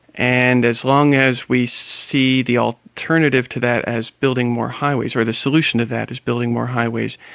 and as long as we see the alternative to that as building more highways, or the solution to that as building more highways,